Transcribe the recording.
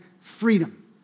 freedom